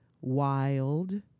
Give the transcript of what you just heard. wild